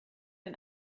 ein